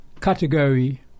category